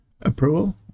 approval